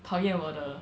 讨厌的我